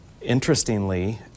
Interestingly